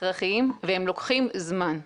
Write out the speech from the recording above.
הכרחיים והם לוקחים זמן.